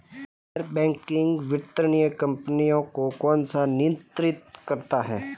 गैर बैंकिंग वित्तीय कंपनियों को कौन नियंत्रित करता है?